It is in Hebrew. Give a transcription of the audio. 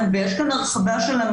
אין לי קושי עם